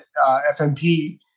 FMP